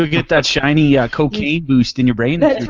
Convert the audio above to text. get that shiny cocaine boost in your brain that